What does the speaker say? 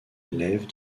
élève